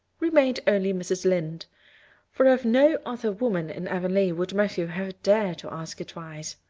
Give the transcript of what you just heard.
remained only mrs. lynde for of no other woman in avonlea would matthew have dared to ask advice.